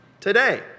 today